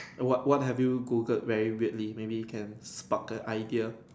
what what have you Googled very weirdly maybe can spark a idea